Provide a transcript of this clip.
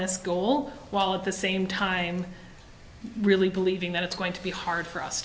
this goal while at the same time really believing that it's going to be hard for us